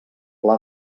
pla